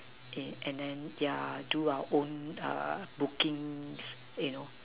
and then yeah do our own uh bookings you know